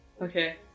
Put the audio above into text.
Okay